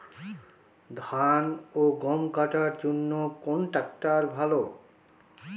ধান ও গম কাটার জন্য কোন ট্র্যাক্টর ভালো?